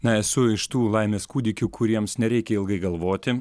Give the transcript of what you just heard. na esu iš tų laimės kūdikių kuriems nereikia ilgai galvoti